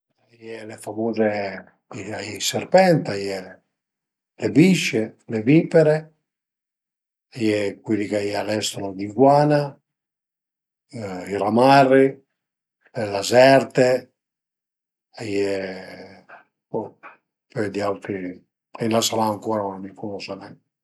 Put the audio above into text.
A ie le famuze, a ie i serpent, aie le bisce, le vipere, a ie cul li ch'a ie a l'estero l'iguana, i ramarri, le lazerte, a ie bo pöi d'auti a i n'a sarà ancura, ma mi i cunosu nen